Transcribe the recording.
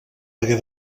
hagué